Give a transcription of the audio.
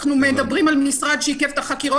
אנחנו מדברים על משרד שעיכב את החקירות